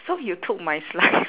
so you took my slice